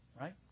Right